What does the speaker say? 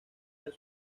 del